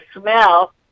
smell